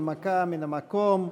הנמקה מהמקום.